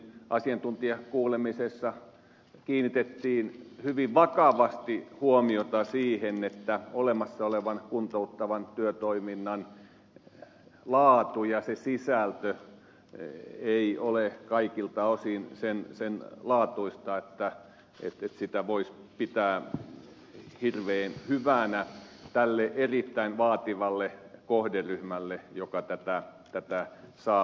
asiantuntijakuulemisessa kiinnitettiin hyvin vakavasti huomiota siihen että olemassa olevan kuntouttavan työtoiminnan laatu ja se sisältö ei ole kaikilta osin senlaatuista että sitä voisi pitää hirveän hyvänä tälle erittäin vaativalle kohderyhmälle joka tätä saa